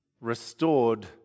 restored